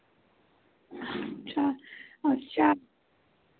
अच्छा अच्छा